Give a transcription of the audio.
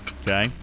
Okay